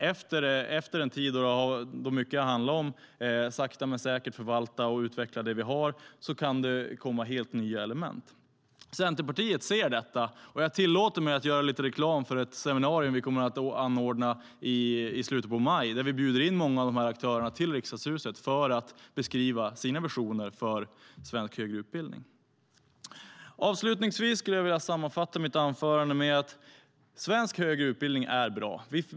Efter en tid då mycket har handlat om att sakta men säkert förvalta och utveckla det vi har kan det komma helt nya element. Centerpartiet ser detta, och jag tillåter mig att göra lite reklam för ett seminarium vi kommer att anordna i slutet av maj, där vi bjuder in många av dessa aktörer till Riksdagshuset för att höra dem beskriva sina visioner för svensk högre utbildning. Avslutningsvis vill jag sammanfatta mitt anförande med att svensk högre utbildning är bra.